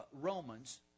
Romans